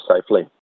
safely